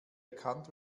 erkannt